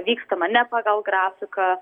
vykstama ne pagal grafiką